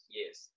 yes